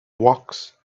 wax